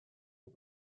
est